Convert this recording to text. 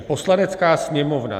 Poslanecká sněmovna